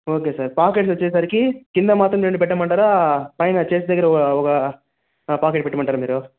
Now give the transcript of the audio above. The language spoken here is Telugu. ఓకే సార్ ప్యాకెట్స్ వచ్చేసరికి కింద మాత్రం రెండు పెట్టమంటారా పైన చేతి దగ్గర ఒక ప్యాకెట్ పెట్టమంటారా మీరు